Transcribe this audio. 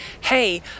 hey